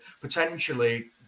potentially